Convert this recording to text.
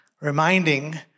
reminding